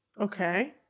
okay